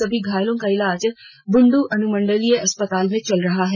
सभी घायलों का ईलाज बुंडू अनुमंडलीय अस्पताल में चल रहा है